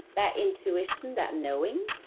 that intuition, that knowing?